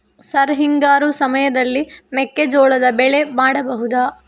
Sir ಹಿಂಗಾರು ಸಮಯದಲ್ಲಿ ಮೆಕ್ಕೆಜೋಳದ ಬೆಳೆ ಮಾಡಬಹುದಾ?